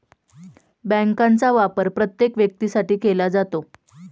बँकांचा वापर प्रत्येक व्यक्तीसाठी केला जातो